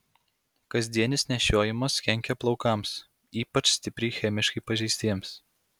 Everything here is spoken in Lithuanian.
kasdienis nešiojimas kenkia plaukams ypač stipriai chemiškai pažeistiems